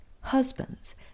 husbands